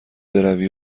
بروی